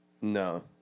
No